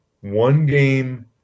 one-game